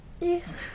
Yes